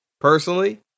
personally